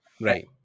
Right